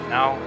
Now